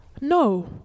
no